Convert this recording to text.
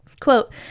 Quote